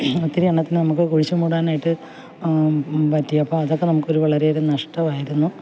ഒത്തിരി എണ്ണത്തിനെ നമ്മൾക്ക് കുഴിച്ചു മൂടാനായിട്ട് പറ്റി അപ്പം അതൊക്കെ നമുക്ക് വളരെ അധികം നഷ്ട്ടമായിരുന്നു